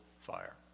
fire